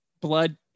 blood